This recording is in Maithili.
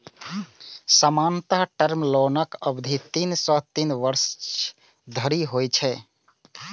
सामान्यतः टर्म लोनक अवधि तीन सं तीन वर्ष धरि होइ छै